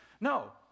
No